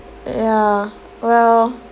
yeah well